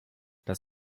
das